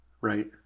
Right